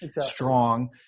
strong